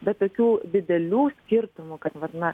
bet tokių didelių skirtumų kad vat na